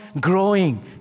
growing